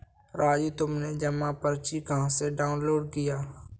राजू तुमने जमा पर्ची कहां से डाउनलोड किया?